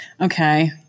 Okay